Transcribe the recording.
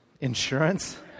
Insurance